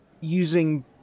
using